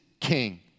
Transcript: king